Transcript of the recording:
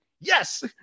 Yes